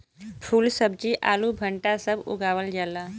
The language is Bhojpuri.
फूल सब्जी आलू भंटा सब उगावल जाला